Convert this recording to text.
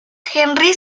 henri